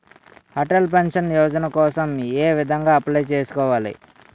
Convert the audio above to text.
Atal pension Yojana కోసం ఏ విధంగా అప్లయ్ చేసుకోవాలి?